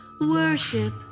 worship